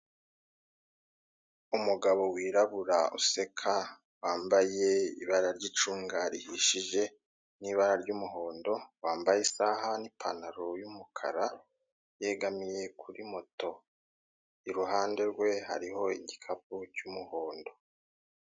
umugabo wirabura useka wambaye ibara ry'icunga rihishije n'ibara ry'umuhondo wambaye isaha n'ipantaro y'umukara yegamiye kuri moto iruhande rwe hakaba hari igikapu cy'umuhondo